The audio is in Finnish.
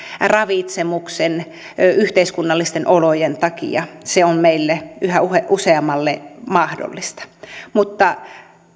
ravitsemuksen yhteiskunnallisten olojen takia se on meille yhä useammalle mahdollista mutta